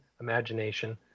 imagination